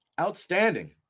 Outstanding